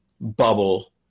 bubble